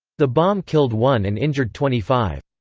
the bomb killed one and injured twenty five.